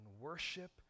worship